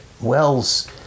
Wells